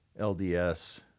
LDS